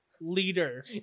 leader